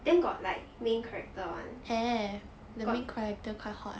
then got like main character [one] got